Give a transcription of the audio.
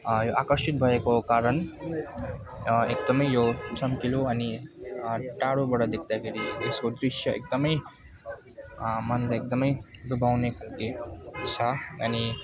यो आकर्षित भएको कारण एकदमै यो चम्किलो अनि टाढोबाट देख्दाखेरि यसको दृश्य एकदमै मनलाई एकदमै डुबाउने खालके छ अनि